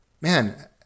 man